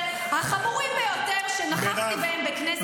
החמורים ביותר שנכחתי בהם בכנסת ישראל.